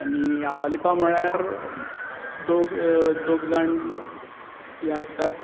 आनी आपालिपा म्हळ्यार दोग दोग जाण ह्ये आसतात